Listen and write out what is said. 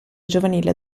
giovanile